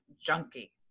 junkie